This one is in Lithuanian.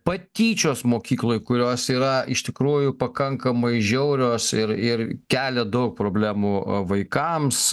patyčios mokykloj kurios yra iš tikrųjų pakankamai žiaurios ir ir kelia daug problemų vaikams